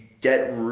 get